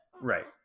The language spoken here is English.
right